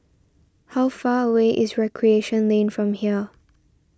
how far away is Recreation Lane from here